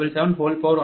951207 p